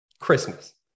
Christmas